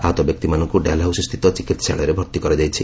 ଆହତ ବ୍ୟକ୍ତିମାନଙ୍କୁ ଡାଲହାଉସି ସ୍ଥିତ ଚିକିହାଳୟରେ ଭର୍ତ୍ତି କରାଯାଇଛି